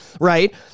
Right